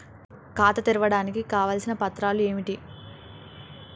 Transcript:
ఖాతా తెరవడానికి కావలసిన పత్రాలు ఏమిటి?